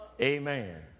Amen